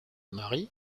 mary